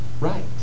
right